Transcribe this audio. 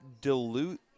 dilute